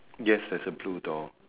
yes there's a blue door